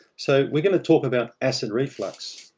so, we're going to talk about acid reflux.